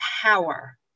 power